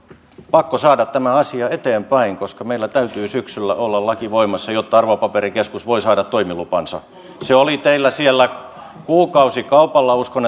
pakko saada tämä asia eteenpäin koska meillä täytyy syksyllä olla laki voimassa jotta arvopaperikeskus voi saada toimilupansa se oli teillä siellä kuukausikaupalla uskon